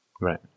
Right